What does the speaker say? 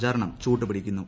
പ്രചാരണം ചുടുപിടിക്കുന്നു